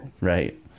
right